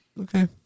Okay